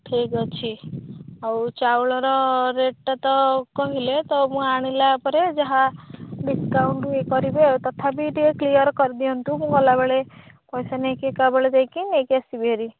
ଠିକ୍ ଅଛି ଆଉ ଚାଉଳର ରେଟ୍ଟା ତ କହିଲେ ତ ମୁଁ ଆଣିଲା ପରେ ଯାହା ଡିସ୍କାଉଣ୍ଟ୍ କରିବେ ଆଉ ତଥାପି ଟିକିଏ କ୍ଳିଅର୍ କରି ଦିଅନ୍ତୁ ମୁଁ ଗଲାବେଳେ ପଇସା ନେଇକି ଏକାବେଳେ ଯାଇକି ନେଇକି ଆସିବି ହେରି